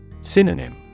Synonym